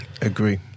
Agree